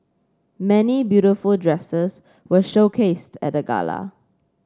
many beautiful dresses were showcased at the gala